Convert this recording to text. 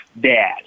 dad